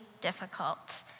difficult